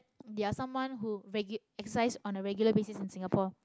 they are someone who reg~ exercise on a regular basis in Singapore